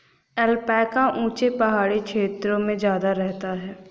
alpaca ऊँचे पहाड़ी क्षेत्रों में ज्यादा रहता है